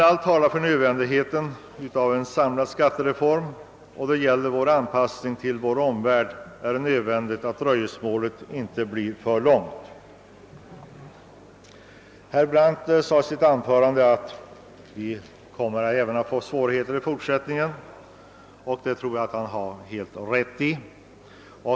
Allt talar emellertid för att en samlad skattereform är nödvändig, och då detta påverkar vår anpassning till vår omvärld får dröjsmålet med en sådan inte bli för långt. Herr Brandt sade i sitt anförande att vi även i fortsättningen kommer att få svårigheter, och det tror jag att han har helt rätt i.